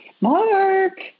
Mark